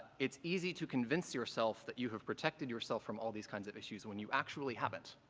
it's easy to convince yourself that you have protected yourself from all these kinds of issues when you actually haven't.